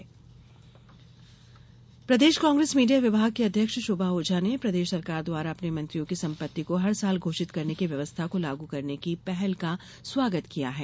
शोभा ओझा प्रदेश कांप्रेस मीडिया विभाग की अध्यक्ष शोभा ओझा ने प्रदेश सरकार द्वारा अपने मंत्रियों की सम्पति को हर साल घोषित करने की व्यवस्था को लागू करने की पहल का स्वागत किया है